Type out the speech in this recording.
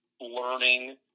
Learning